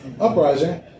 uprising